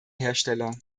hersteller